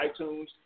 iTunes